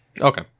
Okay